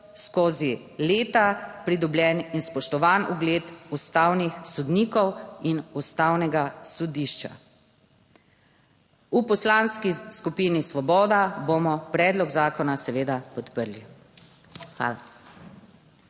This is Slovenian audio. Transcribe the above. skozi leta pridobljen in spoštovan ugled ustavnih sodnikov in ustavnega sodišča. V Poslanski skupini Svoboda bomo predlog zakona seveda podprli. Hvala.